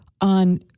on